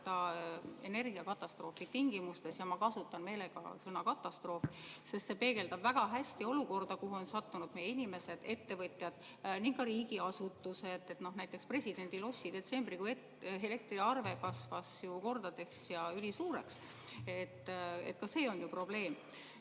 võtta energiakatastroofi tingimustes. Ma kasutan meelega sõna "katastroof", sest see peegeldab väga hästi olukorda, kuhu on sattunud meie inimesed, ettevõtjad ja ka riigiasutused. Näiteks kasvas presidendilossi detsembrikuu elektriarve kordades ülisuureks. Ka see on ju probleem.